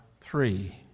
three